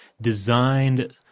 designed